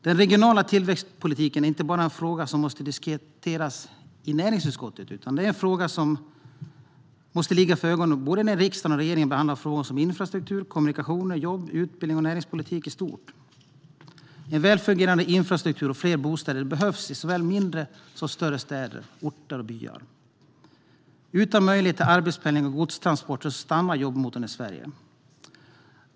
Den regionala tillväxtpolitiken är inte bara en fråga som måste diskuteras i näringsutskottet. Det är en fråga som måste ligga för ögonen när både riksdagen och regeringen behandlar frågor som infrastruktur, kommunikationer, jobb, utbildning och näringspolitik i stort. En välfungerande infrastruktur och fler bostäder behövs i såväl mindre som större städer, orter och byar. Utan möjlighet till arbetspendling och godstransporter stannar jobbmotorn i Sverige.